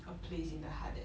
a place in the heart that